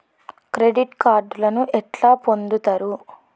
Credit కార్డులను ఎట్లా పొందుతరు?